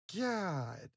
God